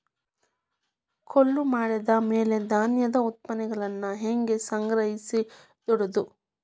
ಕೊಯ್ಲು ಮಾಡಿದ ಮ್ಯಾಲೆ ಧಾನ್ಯದ ಉತ್ಪನ್ನಗಳನ್ನ ಹ್ಯಾಂಗ್ ಸಂಗ್ರಹಿಸಿಡೋದು?